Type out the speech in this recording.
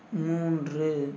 மூன்று